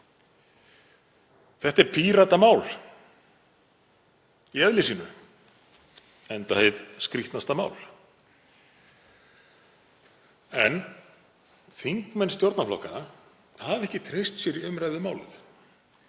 Þetta er Píratamál í eðli sínu, enda hið skrýtnasta mál. En þingmenn stjórnarflokkanna hafa ekki treyst sér í umræðu um málið.